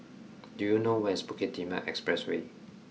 do you know where is Bukit Timah Expressway